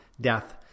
death